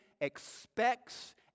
expects